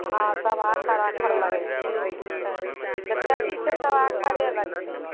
हॅं सभ आखर आखर लगै छै जते चीज छै सभ आखरे लगै छै